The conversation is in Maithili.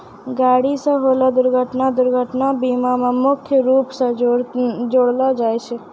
गाड़ी से होलो दुर्घटना दुर्घटना बीमा मे मुख्य रूपो से जोड़लो जाय छै